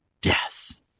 death